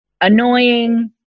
annoying